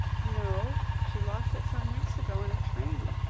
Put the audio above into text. no she lost it some weeks ago in a train.